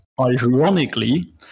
Ironically